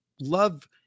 love